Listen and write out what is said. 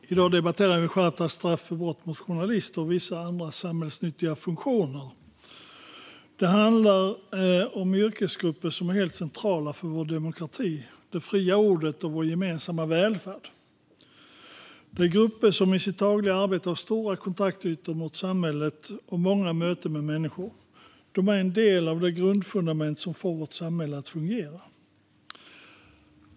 Fru talman! Vi debatterar skärpta straff för brott mot journalister och vissa andra samhällsnyttiga funktioner. Det handlar om yrkesgrupper som är helt centrala för vår demokrati: det fria ordet och vår gemensamma välfärd. Det är grupper som i sitt dagliga arbete har stora kontaktytor mot samhället och många möten med människor. De är en del av det grundfundament som får vårt samhälle att fungera.